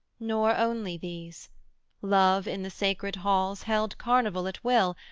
nor only these love in the sacred halls held carnival at will,